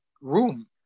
room